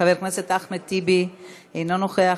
חבר הכנסת אחמד טיבי, אינו נוכח.